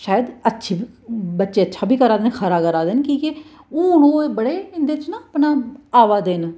शायद अच्छे बच्चे अच्छा बी करै दे ना खरा करै दे न कि के हून ओह् बड़े इंदे च ना अपना आवै दे ना